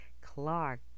clark